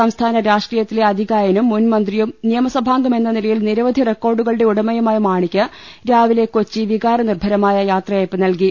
സംസ്ഥാന രാഷ്ട്രീയ ത്തിലെ അതികായനും മുൻമന്ത്രിയും നിയമസഭാംഗമെന്ന നില യിൽ നിരവധി റിക്കോർഡുകളുടെ ഉടമയുമായ മാണിക്ക് രാവിലെ കൊച്ചി വികാരനിർഭരമായ യാത്രയയപ്പ് നൽക്കി